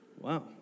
Wow